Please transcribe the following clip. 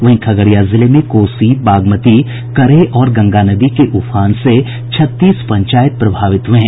वहीं खगड़िया जिले में कोसी बागमती करेह और गंगा नदी के उफान से छत्तीस पंचायत प्रभावित हुए हैं